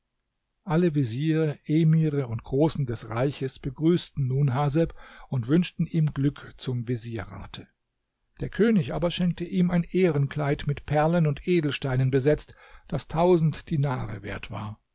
alle veziere emire und großen des reiches begrüßten nun haseb und wünschten ihm glück zum vezierate der könig aber schenkte ihm ein ehrenkleid mit perlen und edelsteinen besetzt das tausend dinare wert war